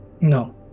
No